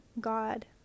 God